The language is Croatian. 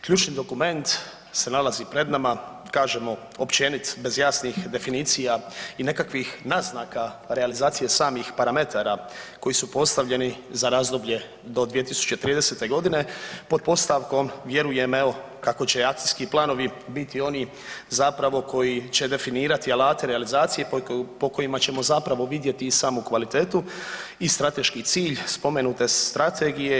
Ključni dokument se nalazi pred nama, kažemo općenit bez jasnih definicija i nekakvih naznaka realizacije samih parametara koji su postavljeni za razdoblje do 2030. godine pod postavkom vjerujem evo kako će akcijski planovi biti oni zapravo koji će definirati alate realizacije po kojima ćemo zapravo vidjeti i samu kvalitetu i strateški cilj spomenute strategije.